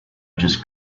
just